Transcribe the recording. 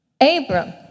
Abram